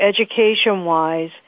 education-wise